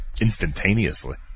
instantaneously